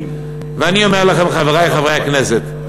ואני אומר לכם, חברי חברי הכנסת,